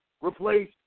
replace